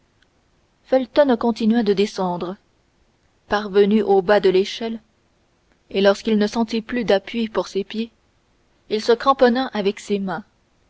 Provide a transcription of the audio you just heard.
felton continua de descendre parvenu au bas de l'échelle et lorsqu'il ne sentit plus d'appui pour ses pieds il se cramponna avec ses mains